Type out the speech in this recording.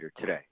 today